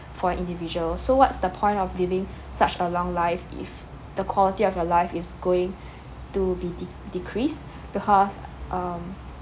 for an individual so what's the point of living such a long life if the quality of your life is going to be de~ decreased because um